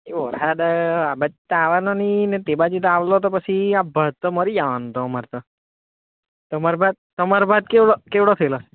એ વરસાદ આ બાજુ તો આવતો નથી ને તે બાજુ આવેલો તો પછી આ ભાત તો મરી જવાનો આમ તો અમારે તો તમારે ભાત તમારે ભાત કેવડો થયેલો